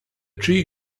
tree